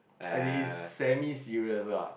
as in it's semi serious lah